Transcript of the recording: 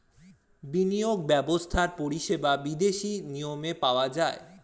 বিনিয়োগ ব্যবস্থার পরিষেবা বিদেশি নিয়মে পাওয়া যায়